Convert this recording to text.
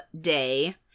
Day